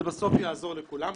זה יעזור לכולם.